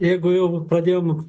jeigu jau pradėjom